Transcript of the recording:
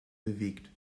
bewegt